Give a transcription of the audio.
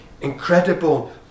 incredible